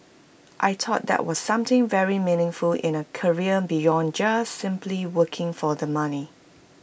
I thought that was something very meaningful in A career beyond just simply working for the money